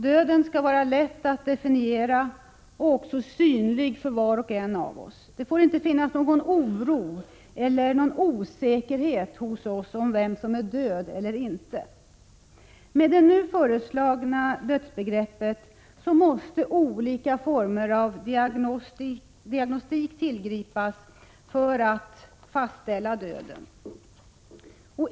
Döden skall vara lätt att definiera och synlig för var och en. Det får inte finnas någon oro eller osäkerhet hos oss om vem som är död eller inte. Med det nu föreslagna dödsbegreppet måste olika former av diagnostik tillgripas för att fastställa döden.